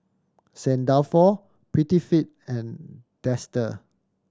Saint Dalfour Prettyfit and Dester